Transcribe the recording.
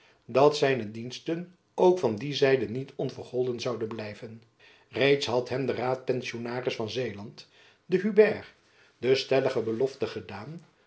elizabeth musch diensten ook van die zijde niet onvergolden zouden blijven reeds had hem de raadpensionaris van zeeland de huybert de stellige belofte gedaan